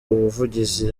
ubuvugizi